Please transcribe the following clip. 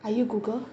are you google